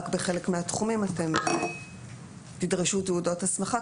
רק בחלק מהתחומים אתם תדרשו תעודות הסמכה,